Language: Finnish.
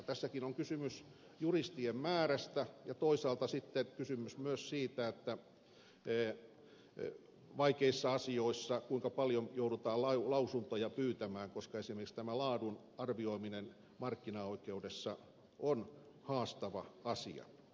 tässäkin on kysymys juristien määrästä ja toisaalta sitten on kysymys vaikeissa asioissa myös siitä kuinka paljon joudutaan lausuntoja pyytämään koska esimerkiksi tämä laadun arvioiminen markkinaoikeudessa on haastava asia